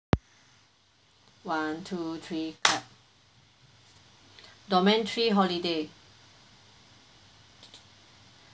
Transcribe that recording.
one two three clap domain three holiday